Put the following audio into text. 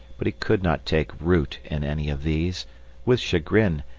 but he could not take root in any of these with chagrin,